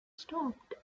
stopped